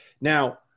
Now